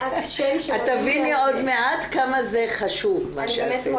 את תביני עוד מעט כמה זה חשוב מה שעשית.